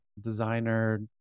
designer